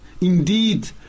indeed